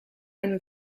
eine